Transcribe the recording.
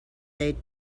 they